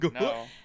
no